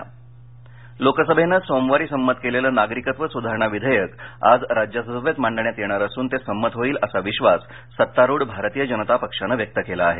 विधेयक लोकसभेनं सोमवारी संमत केलेलं नागरिकत्व सुधारणा विधेयक आज राज्यसभेत मांडण्यात येणार असून ते संमत होईल असा विधास सत्तारूढ भारतीय जनता पक्षानं व्यक्त केला आहे